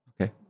okay